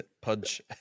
Pudge